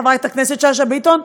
חברת הכנסת שאשא ביטון,